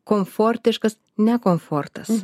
komfortiškas ne komfortas